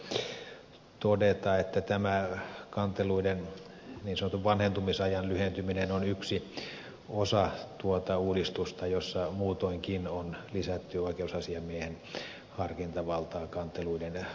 voin todeta että tämä kanteluiden niin sanotun vanhentumisajan lyhentyminen on yksi osa tuota uudistusta jossa muutoinkin on lisätty oikeusasiamiehen harkintavaltaa kanteluiden tutkinnassa